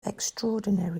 extraordinary